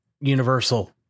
Universal